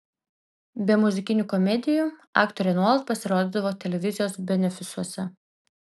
be muzikinių komedijų aktorė nuolat pasirodydavo televizijos benefisuose